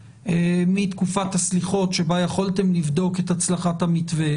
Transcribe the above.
מתקופת הסליחות שבה יכולתם לבדוק את הצלחת המתווה,